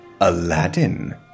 Aladdin